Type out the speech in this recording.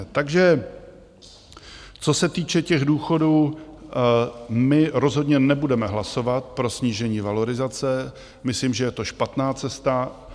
Takže co se týče důchodů, my rozhodně nebudeme hlasovat pro snížení valorizace, myslím, že je to špatná cesta.